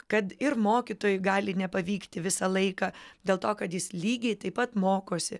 kad ir mokytojui gali nepavykti visą laiką dėl to kad jis lygiai taip pat mokosi